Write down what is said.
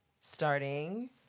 starting